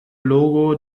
logo